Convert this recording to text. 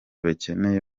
bakeneye